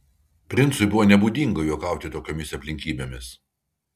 princui buvo nebūdinga juokauti tokiomis aplinkybėmis